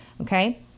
okay